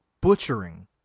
butchering